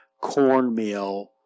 cornmeal